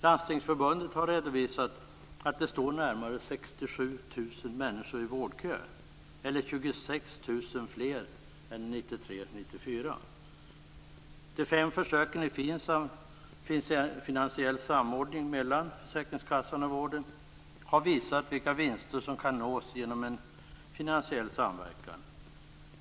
Landstingsförbundet har redovisat att det står närmare De fem försöken i FINSAM, finansiell samordning mellan försäkringskassan och vården, har visat vilka vinster som kan nås genom en finansiell samverkan.